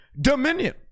dominion